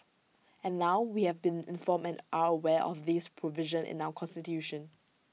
and now we have been informed and are aware of this provision in our Constitution